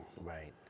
right